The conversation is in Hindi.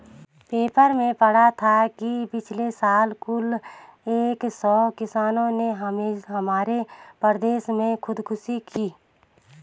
पेपर में पढ़ा था कि पिछले साल कुल एक सौ किसानों ने हमारे प्रदेश में खुदकुशी की